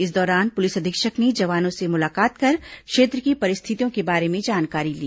इस दौरान पुलिस अधीक्षक ने जवानों से मुलाकात कर क्षेत्र की परिस्थितियों के बारे में जानकारी ली